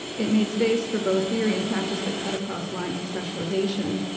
it made space for both theory and practice that cut across lines of specialization.